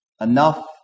enough